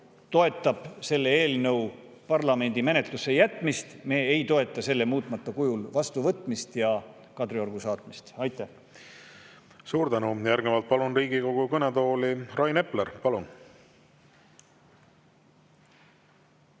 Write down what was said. toetab selle eelnõu jätmist parlamendi menetlusse. Me ei toeta selle muutmata kujul vastuvõtmist ja Kadriorgu saatmist. Aitäh! Suur tänu! Järgnevalt palun Riigikogu kõnetooli Rain Epleri. Palun!